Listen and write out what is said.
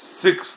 six